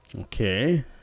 Okay